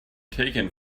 taken